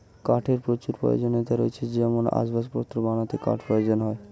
কাঠের প্রচুর প্রয়োজনীয়তা রয়েছে যেমন আসবাবপত্র বানাতে কাঠ প্রয়োজন হয়